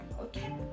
Okay